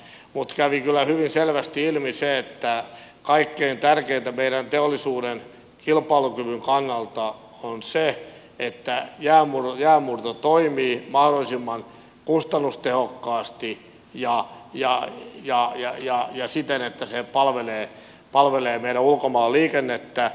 mutta kävi kyllä hyvin selvästi ilmi se että kaikkein tärkeintä meidän teollisuutemme kilpailukyvyn kannalta on se että jäänmurto toimii mahdollisimman kustannustehokkaasti ja siten että se palvelee meidän ulkomaanliikennettämme